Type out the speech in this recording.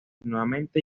nuevamente